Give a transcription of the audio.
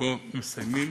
פה מסיימים.